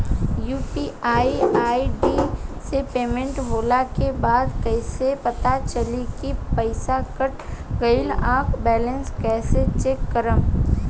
UPI ID से payment होला के बाद कइसे पता चली की पईसा कट गएल आ बैलेंस कइसे चेक करम?